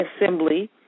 assembly